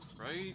Right